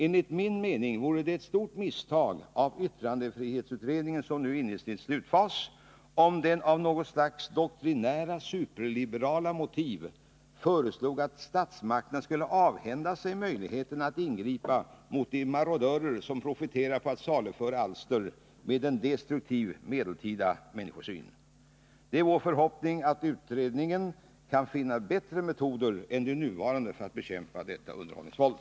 Enligt min mening vore det ett stort misstag av yttrandefrihetsutredningen om den av något slags doktrinära superliberala motiv föreslog att statsmakterna skulle avhända sig möjligheten att ingripa mot de marodörer som profiterar på att saluföra alster med en destruktiv, medeltida människosyn. Det är vår förhoppning att utredningen kan finna effektivare metoder än de nuvarande för att bekämpa detta underhållningsvåld.